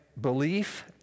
belief